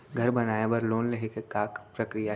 घर बनाये बर लोन लेहे के का प्रक्रिया हे?